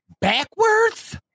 backwards